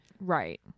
Right